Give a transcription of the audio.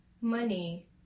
money